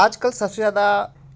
आजकल सबसे ज़्यादा